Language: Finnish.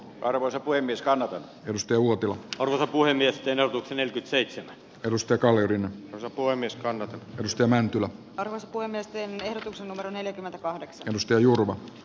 arvoisa puhemies kannata edusti uotila oli puhemies eero huhtanen seitsemän turusta kaverin osapuolen niskaan estämään tulee karvas kuin nesteen ehdotuksen numero neljäkymmentäkahdeksan risto juurmaa